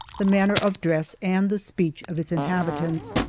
the manner of dress, and the speech of its inhabitants,